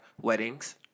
weddings